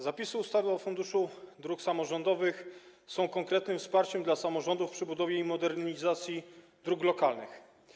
Zapisy ustawy o Funduszu Dróg Samorządowych są konkretnym wsparciem dla samorządów przy budowie i modernizacji dróg lokalnych.